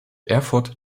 erfurt